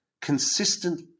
consistent